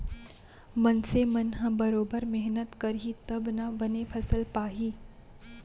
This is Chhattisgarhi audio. मनसे मन ह बरोबर मेहनत करही तब ना बने फसल पाही